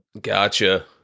Gotcha